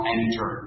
enter